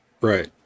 right